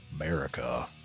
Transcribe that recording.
America